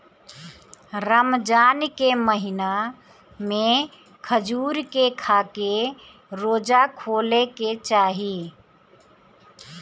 रमजान के महिना में खजूर के खाके रोज़ा खोले के चाही